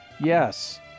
yes